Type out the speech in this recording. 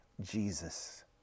Jesus